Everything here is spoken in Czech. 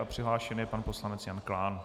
Přihlášen je pan poslanec Jan Klán.